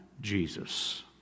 Jesus